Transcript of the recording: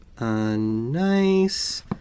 Nice